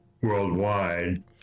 worldwide